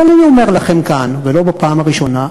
אבל אני אומר לכם כאן, ולא בפעם הראשונה: